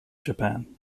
japan